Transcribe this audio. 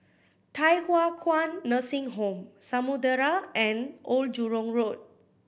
Thye Hua Kwan Nursing Home Samudera and Old Jurong Road